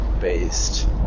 based